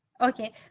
Okay